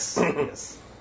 yes